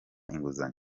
inguzanyo